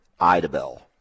Idabel